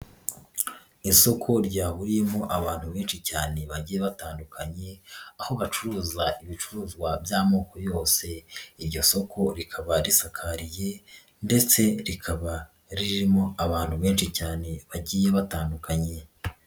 Isoko ryaburiyemo abantu benshi cyane bagiye batandukanye, aho bacuruza ibicuruzwa by'amoko yose. Iryo soko rikaba risakariye ndetse rikaba ririmo abantu benshi cyane bagiye batandukanye.